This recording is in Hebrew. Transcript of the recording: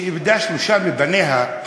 שאיבדה שלושה מבניה,